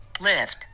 Lift